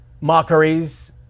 mockeries